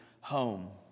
home